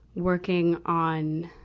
working on,